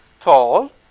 tall